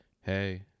hey